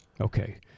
Okay